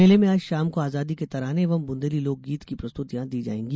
मेले में आज शाम को आजादी के तराने एवं बुंदेली लोक गीत की प्रस्तुतियां दी जाएगी